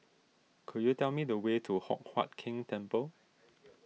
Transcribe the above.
could you tell me the way to Hock Huat Keng Temple